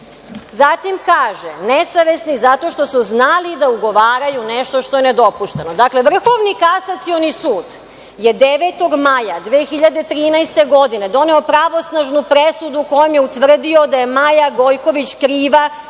kaže, nesavesni zato što su znali da ugovaraju nešto što je nedopušteno. Dakle, Vrhovni kasacioni sud je 9. maja 2013. godine doneo pravosnažnu presudu kojom je utvrdio da je Maja Gojković kriva